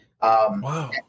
Wow